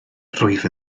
rwyf